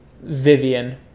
Vivian